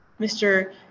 Mr